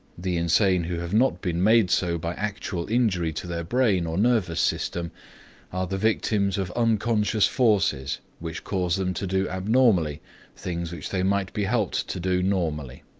the insane who have not been made so by actual injury to their brain or nervous system, are the victims of unconscious forces which cause them to do abnormally things which they might be helped to do normally.